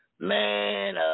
Man